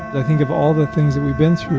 i think of all the things that we've been through,